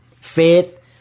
Faith